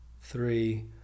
three